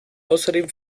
außerdem